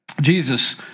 Jesus